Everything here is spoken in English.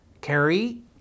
Carrie